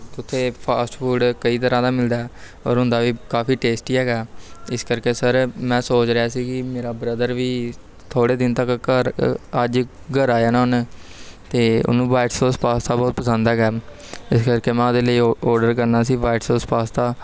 ਅਤੇ ਉੱਥੇ fast food ਕਈ ਤਰ੍ਹਾਂ ਦਾ ਮਿਲਦਾ ਔਰ ਹੁੰਦਾ ਵੀ ਕਾਫੀ ਟੇਸਟੀ ਹੈਗਾ ਇਸ ਕਰਕੇ ਸਰ ਮੈਂ ਸੋਚ ਰਿਹਾ ਸੀ ਕਿ ਮੇਰਾ ਬ੍ਰਦਰ ਵੀ ਥੋੜ੍ਹੇ ਦਿਨ ਤੱਕ ਘਰ ਅ ਅੱਜ ਘਰ ਆ ਜਾਣਾ ਉਹਨੇ ਅਤੇ ਉਹਨੂੰ ਵਾਈਟ ਸੋਸ ਪਾਸਤਾ ਬਹੁਤ ਪਸੰਦ ਹੈਗਾ ਇਸ ਕਰਕੇ ਮੈਂ ਉਹਦੇ ਲਈ ਉਹ ਔਡਰ ਕਰਨਾ ਸੀ ਵਾਈਟ ਸੋਸ ਪਾਸਤਾ